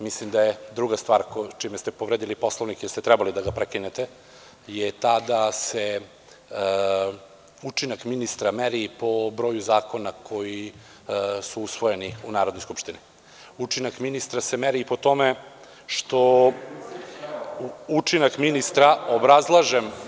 Mislim da je druga stvar kojom ste povredili Poslovnik, jer ste trebali da ga prekinete, ta da se učinak ministra meri po broju zakona koji su usvojeni u Narodnoj skupštini, učinak ministra se meri po tome što … (Marko Đurišić, s mesta: Da li on meni replicira?) … učinak ministra, obrazlažem